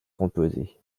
composés